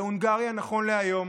בהונגריה נכון להיום